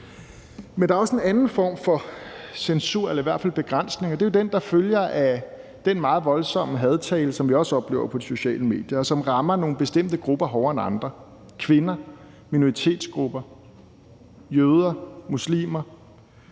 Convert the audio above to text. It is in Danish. Men der er også en anden form for censur eller i hvert fald begrænsning, og det er den, der følger af den meget voldsomme hadtale, som vi også oplever på de sociale medier, og som rammer nogle bestemte grupper hårdere end andre – kvinder, minoritetsgrupper, jøder og muslimer